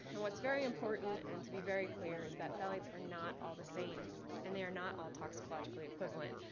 and what's very important and to be very clear is that phthalates are not all the same and they are not all toxicologically equivalent.